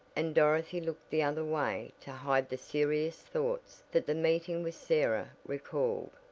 and dorothy looked the other way to hide the serious thoughts that the meeting with sarah recalled.